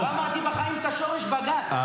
לא אמרתי בחיים את השורש בג"ד,